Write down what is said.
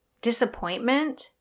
disappointment